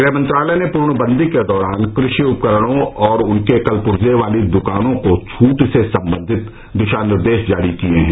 गृह मंत्रालय ने पूर्णबंदी के दौरान कृषि उपकरणों और उनके कलपूर्जे वाली द्कानों को छूट से संबंधित दिशा निर्देश जारी किये हैं